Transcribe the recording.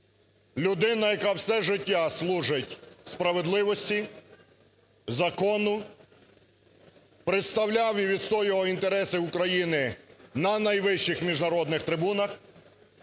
Людина, яка все життя служить справедливості, закону, представляв і відстоював інтереси України на найвищих міжнародних трибунах,